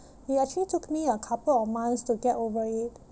it actually took me a couple of months to get over it